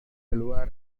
diluar